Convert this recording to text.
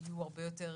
ויהיו הרבה יותר